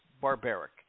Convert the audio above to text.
barbaric